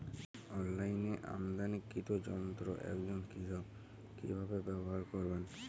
অনলাইনে আমদানীকৃত যন্ত্র একজন কৃষক কিভাবে ব্যবহার করবেন?